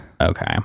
Okay